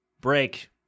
Break